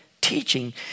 teaching